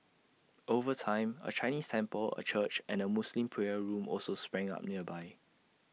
over time A Chinese temple A church and A Muslim prayer room also sprang up nearby